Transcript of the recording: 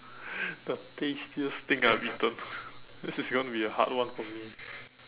the tastiest thing I've eaten this is going to be a hard one for me